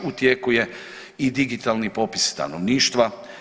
U tijeku je digitalni popis stanovništva.